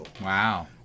Wow